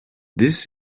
this